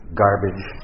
garbage